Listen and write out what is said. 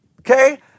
Okay